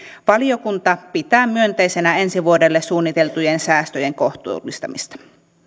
valiokunta pitää myönteisenä ensi vuodelle suunniteltujen säästöjen kohtuullistamista